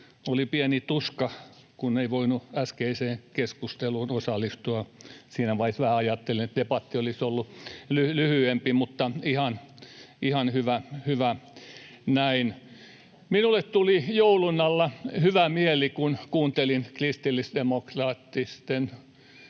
Oli pieni tuska, kun ei voinut äskeiseen keskusteluun osallistua. Siinä vaiheessa vähän ajattelin, että debatti olisi ollut lyhyempi, mutta ihan hyvä näin. Minulle tuli joulun alla hyvä mieli, kun kuuntelin kristillisdemokraattisten